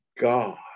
God